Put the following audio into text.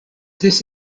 this